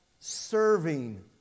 Serving